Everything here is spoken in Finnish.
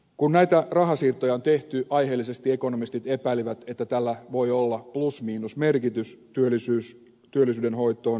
kun näitä rahasiirtoja on tehty niin aiheellisesti ekonomistit epäilivät että tällä voi olla plusmiinus merkitys työllisyyden hoitoon